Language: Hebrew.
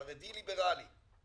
חרדי ליבראלי.